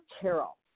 Carol